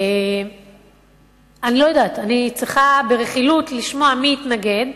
אני צריכה ברכילות לשמוע מי התנגד,